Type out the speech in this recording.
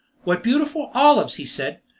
what beautiful olives! he said,